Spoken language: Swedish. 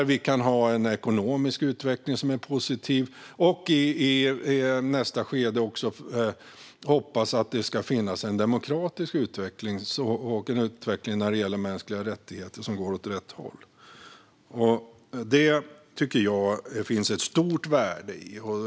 Vi kan få en ekonomisk utveckling som är positiv och i nästa skede också hoppas på en demokratisk utveckling och en positiv utveckling när det gäller mänskliga rättigheter. Detta tycker jag att det finns ett stort värde i.